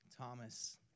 Thomas